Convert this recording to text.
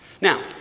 Now